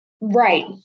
Right